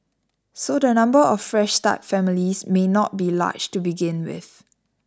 so the number of Fresh Start families may not be large to begin with